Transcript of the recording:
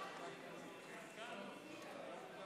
הצעת חוק-יסוד: